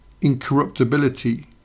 incorruptibility